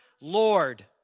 Lord